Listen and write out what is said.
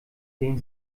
den